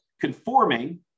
conforming